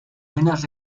buenas